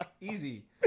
Easy